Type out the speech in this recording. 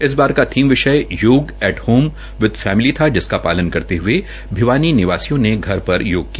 इस बार का थीम विषय yoga at home with family था जिसका पालन करते हये भिवानी निवासियों ने घर पर योग किया